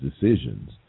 decisions